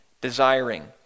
desiring